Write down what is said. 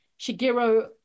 Shigeru